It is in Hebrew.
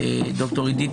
ד"ר עדית